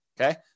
Okay